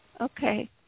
Okay